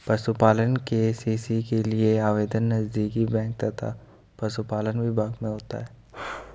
पशुपालन के.सी.सी के लिए आवेदन नजदीकी बैंक तथा पशुपालन विभाग में होता है